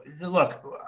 look